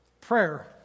Prayer